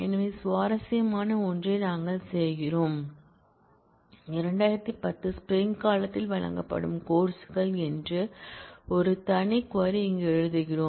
எனவே சுவாரஸ்யமான ஒன்றை நாங்கள் செய்கிறோம் 2010 ஸ்ப்ரிங் காலத்தில் வழங்கப்படும் கோர்ஸ் கள் என்று ஒரு தனி க்வரி இங்கு எழுதுகிறோம்